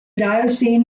diocesan